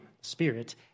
Spirit